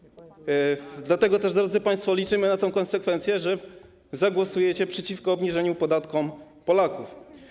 Dlatego też, drodzy państwo, liczymy na konsekwencję i że zagłosujecie przeciwko obniżeniu Polakom podatków.